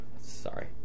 sorry